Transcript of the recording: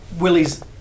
Willie's